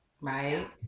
right